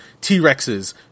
T-Rexes